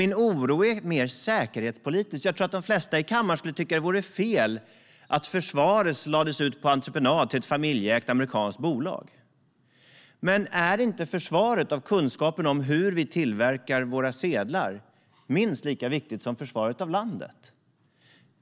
Min oro är mer säkerhetspolitisk. Jag tror att de flesta i kammaren tycker att vore fel att lägga ut försvaret på entreprenad till ett familjeägt amerikanskt bolag. Är inte försvaret av kunskapen om hur vi tillverkar våra sedlar minst lika viktig som försvaret av landet?